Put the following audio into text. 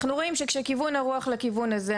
אנחנו רואים שכשכיוון הרוח לכיוון הזה,